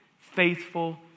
faithful